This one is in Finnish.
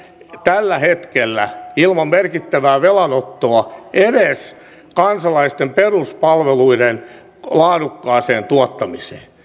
tällä hetkellä ilman merkittävää velanottoa edes kansalaisten peruspalveluiden laadukkaaseen tuottamiseen